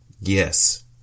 Yes